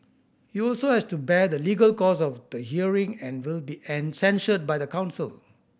he also has to bear the legal cost of the hearing and will be censured by the council